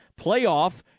playoff